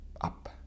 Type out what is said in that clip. up